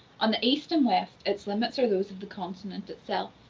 on the east and west its limits are those of the continent itself.